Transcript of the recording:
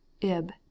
ib